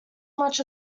much